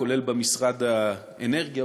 כולל במשרד האנרגיה,